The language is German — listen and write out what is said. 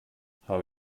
habe